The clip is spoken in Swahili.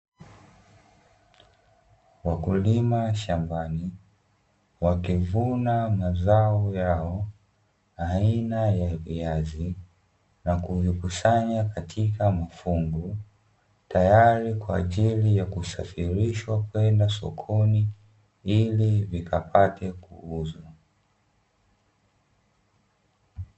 Wakulima shambani wakivuna mazao yao aina ya viazi na kuvikusanya katika mafungu, tayari kwa ajili ya kusafirishwa kwenda sokoni ili vikapate kuuzwa.